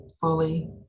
fully